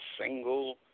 single